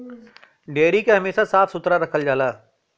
dairy के हमेशा साफ सुथरा रखल जाला